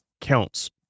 counts